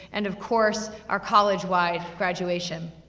and of course, our college-wide graduation.